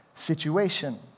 situation